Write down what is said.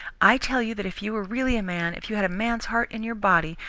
i tell you that if you were really a man, if you had a man's heart in your body,